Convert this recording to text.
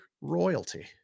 royalty